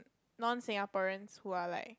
non Singaporeans who are like